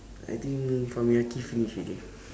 I think for me finish already